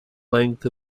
length